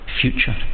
future